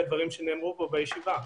שנאמרו פה בישיבה,